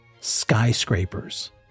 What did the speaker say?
skyscrapers